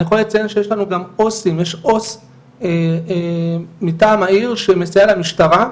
אני יכול לציין שיש לנו גם עו"סים יש עו"ס מטעם העיר שמסייע למשטרה,